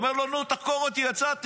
הוא אמר לו: נו, תחקור אותי, יצאתי.